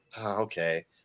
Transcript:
okay